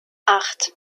acht